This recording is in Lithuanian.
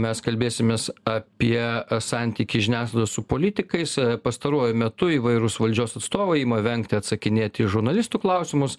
mes kalbėsimės apie santykį žiniasklaidos su politikais pastaruoju metu įvairūs valdžios atstovai ima vengti atsakinėti į žurnalistų klausimus